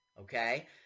okay